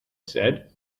said